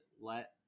let